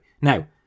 Now